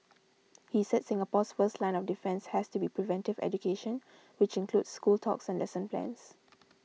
he said Singapore's first line of defence has to be preventive education which includes school talks and lesson plans